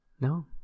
No